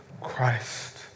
Christ